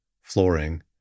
Flooring